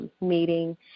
meeting